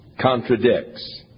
contradicts